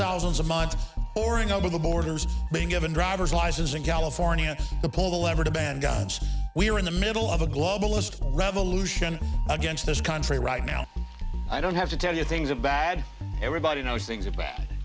thousands of mines or and over the border being given driver's license in california the pull the lever to ban guns we are in the middle of a globalist revolution against this country right now i don't have to tell you things are bad everybody knows things are bad